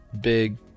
big